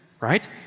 right